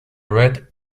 red